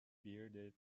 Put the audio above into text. bearded